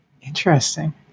interesting